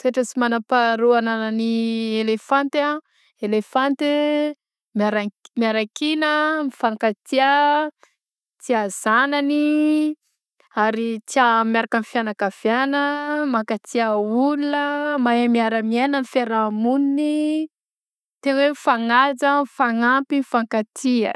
Toetra tsy magnam-paharoa agnanan'ny elefanty a, elefanty miaraki- miarankina mifankatià tià zagnany, ary tià miaraka amin'ny fiagnakaviana, mankatià olona mahay miara miaigna amin'ny fiarahamogniny; tegna hoe mifagnaja mifagnampy mifankatia.